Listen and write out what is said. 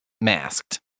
masked